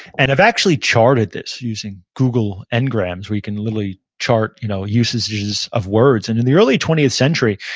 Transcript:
and i've actually charted this, using google ngrams where you can literally chart you know usages of words, and in the early twentieth century,